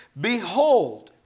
behold